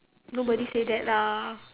nobody say that lah